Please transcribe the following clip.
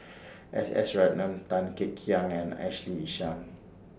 S S Ratnam Tan Kek Hiang and Ashley Isham